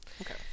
Okay